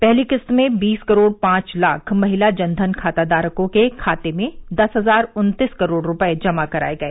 पहली किस्त में बीस करोड़ पांच लाख महिला जन धन खाता धारकों के खाते में दस हजार उन्तीस करोड़ रुपए जमा कराए गए